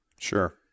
Sure